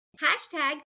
hashtag